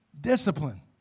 Discipline